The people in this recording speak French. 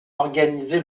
organisé